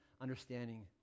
understanding